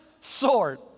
sword